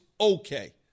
okay